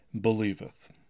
believeth